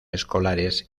escolares